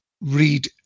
read